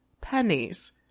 pennies